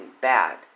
bad